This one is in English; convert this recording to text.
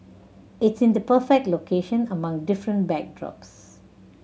it's in the perfect location among different backdrops